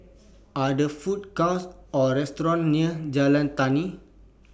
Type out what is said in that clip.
Are There Food cons Or restaurants near Jalan Tani